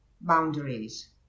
boundaries